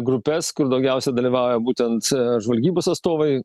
grupes kur daugiausia dalyvauja būtent žvalgybos atstovai